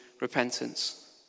repentance